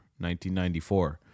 1994